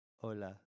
Hola